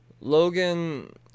Logan